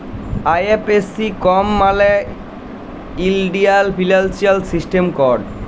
IFSC code মালে ইলডিয়াল financial system code যাতে এগারটা লম্বর আর লেটার থ্যাকে